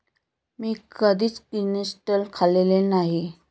मी कधीच किनिस्टेल खाल्लेले नाही